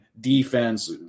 defense